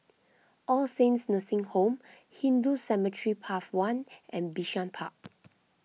All Saints Nursing Home Hindu Cemetery Path one and Bishan Park